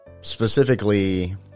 Specifically